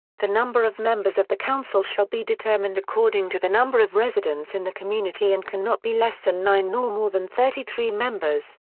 the number of members of the council shall be determined according to the number of residents in the community and can not be less than nine nor more than thirty three members.